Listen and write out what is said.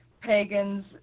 pagans